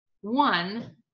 one